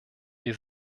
wir